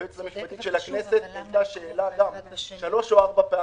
היועצת המשפטית של הכנסת העלתה גם שאלה פשוטה שלוש או ארבע פעמים.